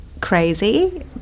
crazy